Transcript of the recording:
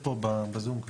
בזום.